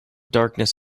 darkness